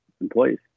employees